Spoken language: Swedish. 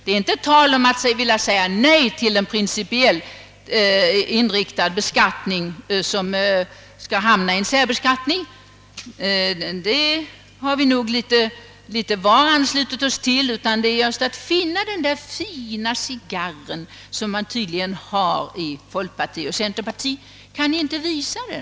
Det är alltså inte tal om att rent principiellt säga nej till en särbeskattning, men det gäller att finna den där fina cigarren. Man anser tydligen i folkpartiet och centerpartiet att man har gjort det. Kan ni då inte visa den?